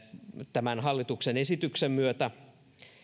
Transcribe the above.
tämän hallituksen esityksen myötä